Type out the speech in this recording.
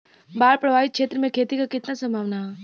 बाढ़ प्रभावित क्षेत्र में खेती क कितना सम्भावना हैं?